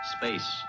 Space